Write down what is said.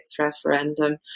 referendum